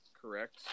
correct